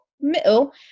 Middle